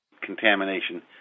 contamination